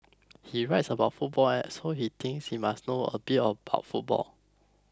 he writes about football and so he thinks he must know a bit about football